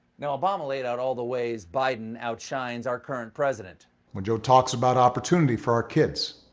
you know obama laid out all the ways biden outshines our current president when joe talks about opportunity for our kids,